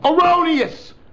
erroneous